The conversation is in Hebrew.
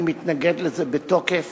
אני מתנגד לזה בתוקף.